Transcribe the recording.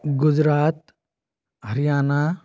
Gujarat Haryana